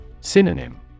Synonym